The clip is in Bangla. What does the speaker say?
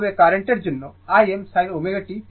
একইভাবে কারেন্টের জন্য Im sin ω t পেয়েছি